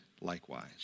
likewise